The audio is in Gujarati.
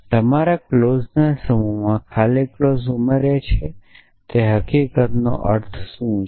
તમે તમારા ક્લોઝના સમૂહમાં ખાલી ક્લોઝ ઉમેર્યા છે તે હકીકતનો શું અર્થ છે